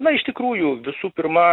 na iš tikrųjų visų pirma